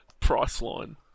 Priceline